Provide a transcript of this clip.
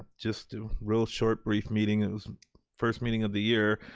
just real short brief meeting. it was first meeting of the year,